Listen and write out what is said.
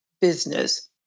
business